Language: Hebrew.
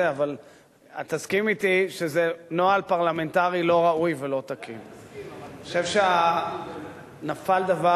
אבל זה שהממשלה לא מוכנה לאפשר לו לנאום כאן הוא שערוריה בפני עצמה.